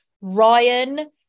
Ryan